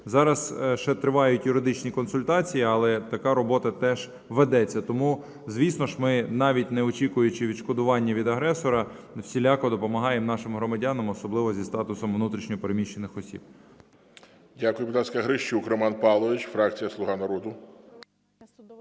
Зараз ще тривають юридичні консультації, але така робота теж ведеться. Тому, звісно, ми, навіть не очікуючи відшкодування від агресора, усіляко допомагаємо нашим громадянам, особливо зі статусом внутрішньо переміщених осіб.